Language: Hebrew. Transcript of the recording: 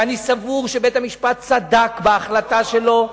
ואני סבור שבית-המשפט צדק בהחלטה שלו.